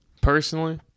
Personally